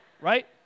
Right